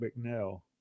McNeil